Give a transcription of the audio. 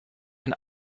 and